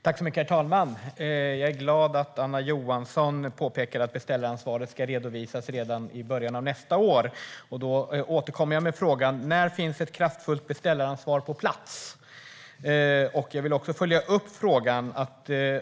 Herr talman! Jag är glad att Anna Johansson påpekar att utredningen om beställaransvaret ska redovisas redan i början av nästa år. Jag återkommer med frågan: När finns ett kraftfullt beställaransvar på plats? Jag vill också följa upp frågan.